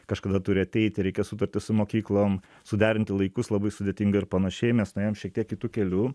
kažkada turi ateit reikia sutartis su mokyklom suderinti laikus labai sudėtinga ir panašiai mes nuėjom šiek tiek kitu keliu